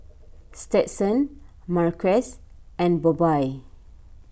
Stetson Marques and Bobbye